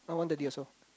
I one thirty also